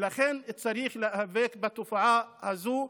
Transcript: ולכן צריך להיאבק בתופעה הזו.